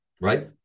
Right